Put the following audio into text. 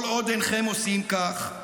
כל עוד אינכם עושים כך,